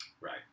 Right